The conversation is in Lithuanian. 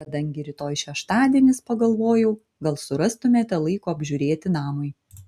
kadangi rytoj šeštadienis pagalvojau gal surastumėte laiko apžiūrėti namui